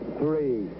three